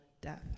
death